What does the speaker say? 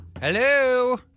Hello